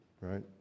right